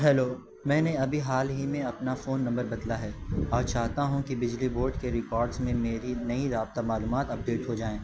hello میں نے ابھی حال ہی میں اپنا فون نمبر بدلا ہے اور چاہتا ہوں کہ بجلی بورڈ کے ریکارڈس میں میری نئی رابطہ معلومات اپڈیٹ ہو جائیں